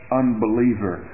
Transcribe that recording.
unbeliever